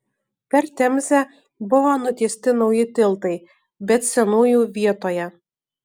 per temzę buvo nutiesti nauji tiltai bet senųjų vietoje